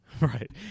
Right